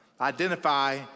identify